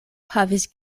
havis